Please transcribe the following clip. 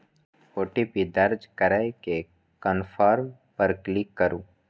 OTP दर्ज करै के कंफर्म पर क्लिक करू